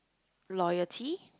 loyalty